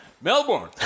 Melbourne